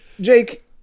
Jake